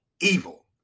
evil